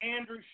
Andrew